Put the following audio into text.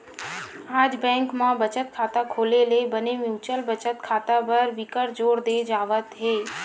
आज बेंक म बचत खाता खोले ले बने म्युचुअल बचत खाता बर बिकट जोर दे जावत हे